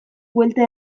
buelta